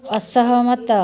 ଅସହମତ